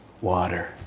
water